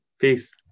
Peace